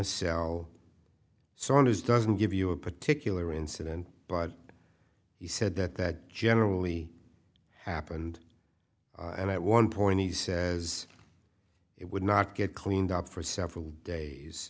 is doesn't give you a particular incident but you said that that generally happened and that one point he says it would not get cleaned up for several days